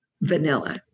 vanilla